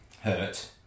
hurt